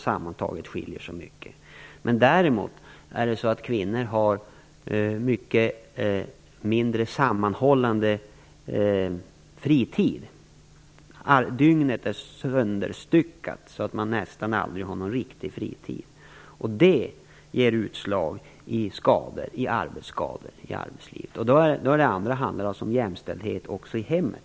Det skiljer inte så mycket i arbetstid sammantaget, men kvinnor har mycket mindre sammanhållen fritid. Dygnet är sönderstyckat så att de nästan aldrig har någon riktig fritid. Det ger utslag i skador i arbetslivet. Det handlar alltså om jämställdhet också i hemmet.